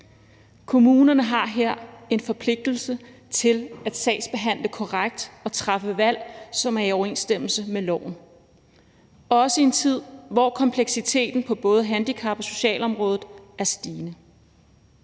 Kommunerne har her en forpligtelse til at sagsbehandle korrekt og træffe valg, som er i overensstemmelse med loven, også i en tid, hvor kompleksiteten på både handicapområdet og socialområdet er stigende.